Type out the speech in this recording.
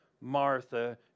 Martha